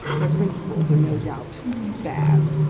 their principles are no doubt bad,